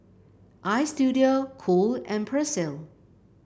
Istudio Cool and Persil